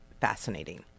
fascinating